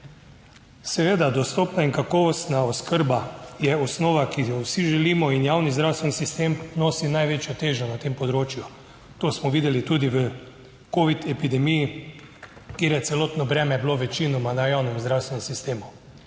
Seveda dostopna in kakovostna oskrba je osnova, ki jo vsi želimo in javni zdravstveni sistem nosi največjo težo na tem področju. To smo videli tudi v covid epidemiji, kjer je celotno breme bilo večinoma na javnem zdravstvenem sistemu.